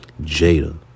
Jada